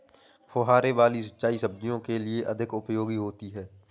फुहारे वाली सिंचाई सब्जियों के लिए अधिक उपयोगी होती है?